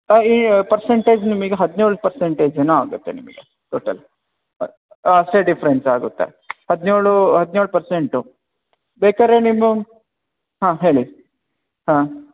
ಹಾಂ ಈ ಪರ್ಸೆಂಟೇಜ್ ನಿಮಿಗೆ ಹದಿನೇಳು ಪರ್ಸೆಂಟೇಜ್ ಏನೋ ಆಗುತ್ತೆ ನಿಮಗೆ ಟೋಟಲ್ ಹಾಂ ಅಷ್ಟೆ ಡಿಫ್ರೆನ್ಸ್ ಆಗುತ್ತೆ ಹದಿನೇಳು ಹದಿನೇಳು ಪರ್ಸೆಂಟು ಬೇಕಾರೆ ನೀವು ಹಾಂ ಹೇಳಿ ಹಾಂ